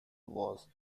was